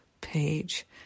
page